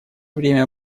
время